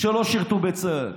שלא שירתו בצה"ל.